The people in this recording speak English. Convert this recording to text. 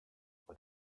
what